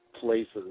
places